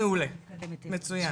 מעולה, מצוין.